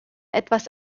etwas